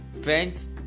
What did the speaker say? Friends